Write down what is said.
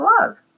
love